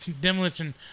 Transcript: demolition